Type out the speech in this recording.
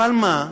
אבל מה?